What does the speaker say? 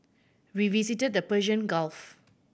we visited the Persian Gulf